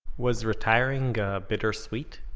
was retiring bittersweet?